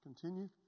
Continue